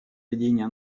ведения